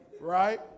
right